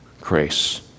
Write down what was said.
grace